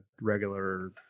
regular